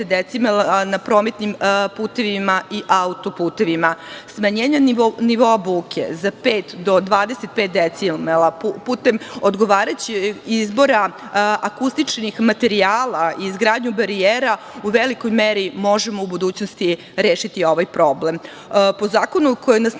decibela na prometnim putevima i autoputevima. Smanjenjem nivoa buke za pet do 25 decibela putem odgovarajućeg izbora akustičnih materijala i izgradnju barijera u velikoj meri možemo u budućnosti rešiti ovaj problem. Po zakonu koji je